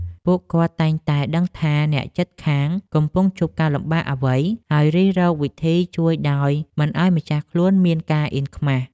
ពួកគាត់តែងតែដឹងថា អ្នកជិតខាងកំពុងជួបការលំបាកអ្វី ហើយរិះរកវិធីជួយដោយមិនឱ្យម្ចាស់ខ្លួនមានការអៀនខ្មាស។